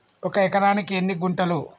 ఒక ఎకరానికి ఎన్ని గుంటలు?